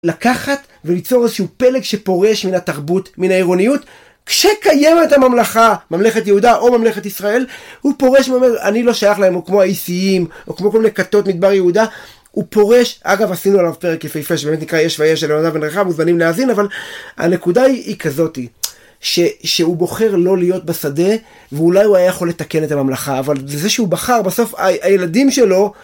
לקחת וליצור איזשהו פלג שפורש מן התרבות מן האירוניות כשקיימת הממלכה ממלכת יהודה או ממלכת ישראל הוא פורש ממלכה אני לא שייך להם או כמו האיסיים או כמו כל מיני קטות מדבר יהודה הוא פורש אגב עשינו עליו פרק יפה יפה שבאמת נקרא יש ויש על בן רחב מוזמנים להאזין אבל הנקודה היא כזאתי שהוא בוחר לא להיות בשדה ואולי הוא היה יכול לתקן את הממלכה אבל זה שהוא בחר בסוף הילדים שלו